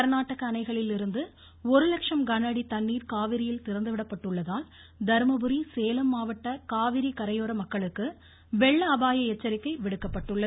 கர்நாடக அணைகளிலிருந்து ஒருலட்சம் கனஅடி தண்ணீர காவிரியில் திறந்துவிடப்பட்டுள்ளதால் தருமபுரி சேலம் மாவட்ட காவிரி கரையோர மக்களுக்கு வெள்ள அபாய எச்சரிக்கை விடுக்கப்பட்டுள்ளது